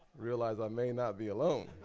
realized i may not be alone.